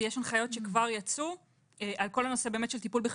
יש הנחיות שכבר יצאו על כל הנושא של טיפול בחפצים,